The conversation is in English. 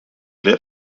led